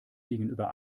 gegenüber